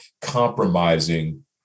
compromising